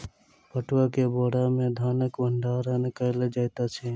पटुआ के बोरा में धानक भण्डार कयल जाइत अछि